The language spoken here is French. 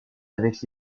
avec